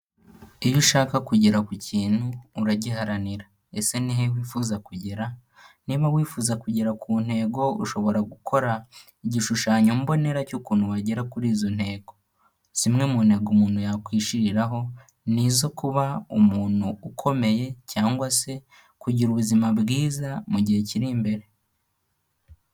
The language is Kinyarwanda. Iyo ushaka kugera ku kintu uragiharanira. Ese ni he wifuza kugera? Niba wifuza kugera ku ntego ushobora gukora igishushanyo mbonera cy'ukuntu wagera kuri izo ntego. Zimwe mu ntego umuntu yakwishyiriraho ni izo kuba umuntu ukomeye cyangwa se kugira ubuzima bwiza mu gihe kiri imbere.